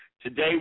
Today